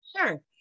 Sure